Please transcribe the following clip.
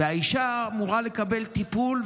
האישה אמורה לקבל טיפול,